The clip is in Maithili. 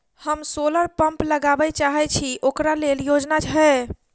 हम सोलर पम्प लगाबै चाहय छी ओकरा लेल योजना हय?